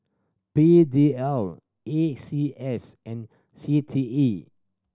P D L A C S and C T E